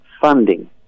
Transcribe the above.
funding